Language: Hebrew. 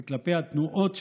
זה כלפי התנועות שלהם,